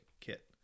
kit